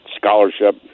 scholarship